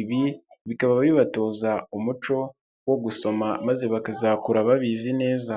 ibi bikaba bibatoza umuco wo gusoma maze bakazakura babizi neza.